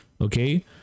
Okay